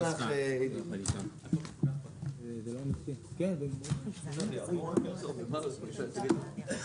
ננעלה בשעה 20:07.